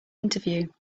interview